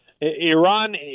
Iran